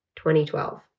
2012